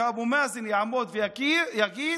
שאבו מאזן יעמוד ויגיד: